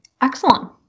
Excellent